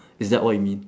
is that what you mean